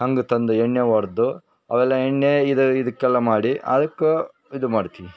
ಹಂಗೆ ತಂದ ಎಣ್ಣೆ ಹೊಡ್ದು ಅವೆಲ್ಲ ಎಣ್ಣೆ ಇದು ಇದಕ್ಕೆಲ್ಲ ಮಾಡಿ ಅದ್ಕು ಇದು ಮಾಡ್ತಿವಿ